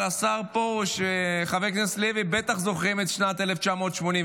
אבל השר פרוש וחבר הכנסת לוי בטח זוכרים את שנת 1981,